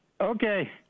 Okay